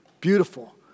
Beautiful